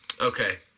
Okay